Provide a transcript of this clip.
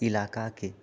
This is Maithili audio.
इलाकाके